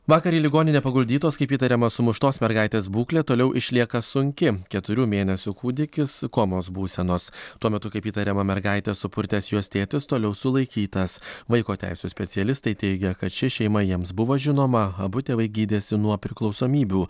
vakar į ligoninę paguldytos kaip įtariama sumuštos mergaitės būklė toliau išlieka sunki keturių mėnesių kūdikis komos būsenos tuo metu kaip įtariama mergaitę supurtęs jos tėtis toliau sulaikytas vaiko teisių specialistai teigė kad ši šeima jiems buvo žinoma abu tėvai gydėsi nuo priklausomybių